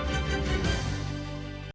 Дякую,